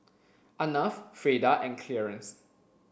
Arnav Freida and Clearence